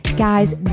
guys